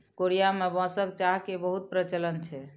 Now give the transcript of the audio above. Korea में बांसक चाह के बहुत प्रचलन छै